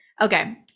Okay